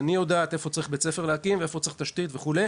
יודעת איפה צריך להקים בית ספר ואיפה צריך תשתית וכו',